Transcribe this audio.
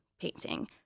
painting